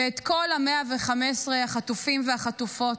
ואת כל 115 החטופים והחטופות.